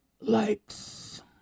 likes